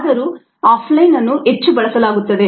ಆದರೂ offline ಅನ್ನು ಹೆಚ್ಚು ಬಳಸಲಾಗುತ್ತದೆ